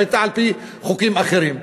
שהייתה על-פי חוקים אחרים.